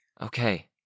Okay